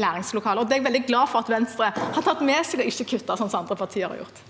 læringslokaler. Det er jeg veldig glad for at Venstre har tatt med seg og ikke kuttet, sånn som andre partier har gjort.